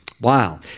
Wow